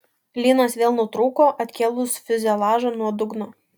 lynas vėl nutrūko atkėlus fiuzeliažą nuo dugno